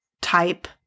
type